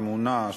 אמונה,